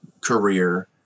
career